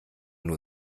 nur